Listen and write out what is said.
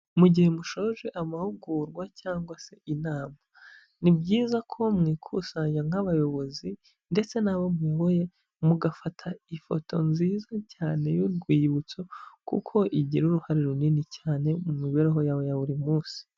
Mu gihe musoje amahugurwa cyangwa se inama, ni byiza ko mwikusanya nk'abayobozi ndetse n'abo muyoboye mugafata ifoto nziza cyane y'urwibutso, kuko igira uruhare runini cyane mu mibereho yawe ya buri munsi.